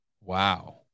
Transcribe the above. Wow